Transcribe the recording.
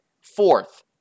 Fourth